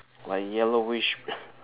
like yellowish